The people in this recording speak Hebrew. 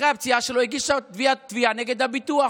אחרי הפציעה שלו היא הגישה תביעה נגד הביטוח